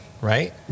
right